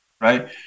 right